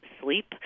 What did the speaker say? sleep